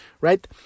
right